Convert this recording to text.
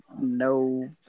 no